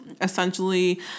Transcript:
essentially